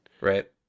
Right